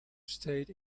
stayed